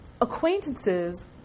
acquaintances